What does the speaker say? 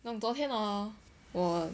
你懂昨天 hor 我